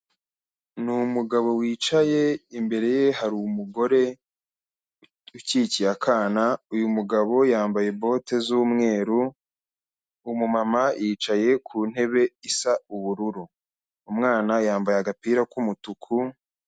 Ni umugabo wicaye imbere ye hari umugore ukikiye akana, uyu mugabo yambaye bote z'umweru, umumama yicaye ku ntebe isa ubururu, umwana yambaye agapira k'umutuku.